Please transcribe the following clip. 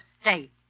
state